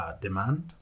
demand